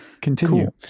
Continue